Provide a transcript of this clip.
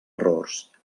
errors